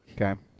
Okay